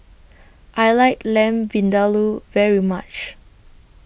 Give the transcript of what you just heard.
I like Lamb Vindaloo very much